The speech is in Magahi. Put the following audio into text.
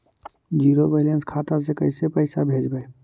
जीरो बैलेंस खाता से पैसा कैसे भेजबइ?